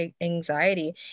anxiety